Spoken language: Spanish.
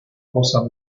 cosa